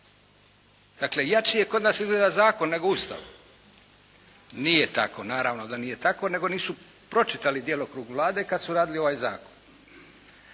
Dakle jači je izgleda kod nas zakon nego Ustav. Nije tako, naravno da nije tako, nego nisu pročitali djelokrug Vlade kad su radili ovaj zakon.